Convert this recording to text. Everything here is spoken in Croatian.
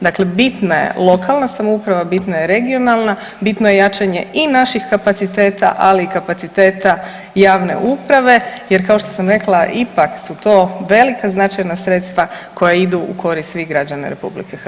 Dakle, bitna je lokalna samouprava, bitna je regionalna, bitno je jačanje i naših kapaciteta, ali i kapaciteta javne uprave jer kao što sam rekla ipak su to velika značajna sredstva koja idu u korist svih građana RH.